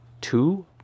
two